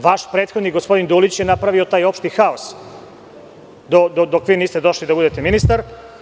Vaš prethodnik, gospodin Dulić, napravi je opšti haos dok vi niste došli da budete ministar.